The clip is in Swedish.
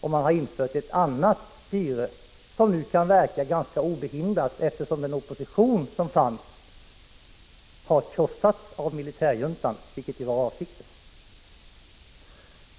Man har infört ett annat styre, som nu kan verka ganska obehindrat, eftersom den opposition som fanns har krossats av militärjuntan, vilket ju var avsikten.